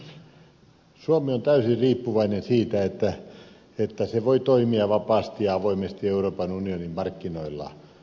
suomi on täysin riippuvainen siitä että se voi toimia vapaasti ja avoimesti euroopan unionin markkinoilla